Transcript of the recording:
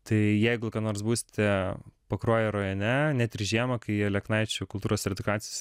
tai jeigu kada nors būste pakruojo rajone net ir žiemą kai aleknaičių kultūros ir edukacijos